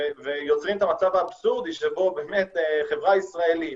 ויוצרים את המצב האבסורדי שבו באמת חברה ישראלית